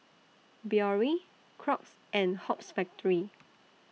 Biore Crocs and Hoops Factory